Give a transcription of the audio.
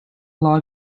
log